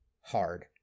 hard